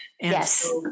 Yes